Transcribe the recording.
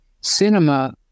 cinema